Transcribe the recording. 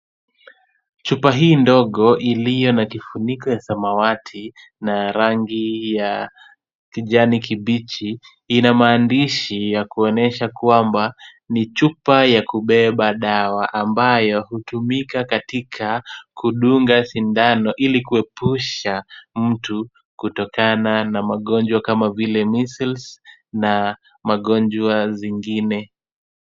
Chupa hii ndogo iliyo na kifuniko ya samawati na ya rangi ya kijani kibichi, ina maandishi ya kuonyesha kwamba ni chupa ya kubeba dawa ambayo hutumika katika kudunga sindano, ili kuepusha mtu kutokana na magonjwa kama vile measles na magonjwa zingine.